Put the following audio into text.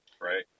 Right